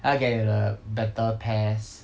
I want to get into the better PES